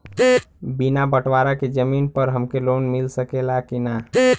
बिना बटवारा के जमीन पर हमके लोन मिल सकेला की ना?